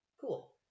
cool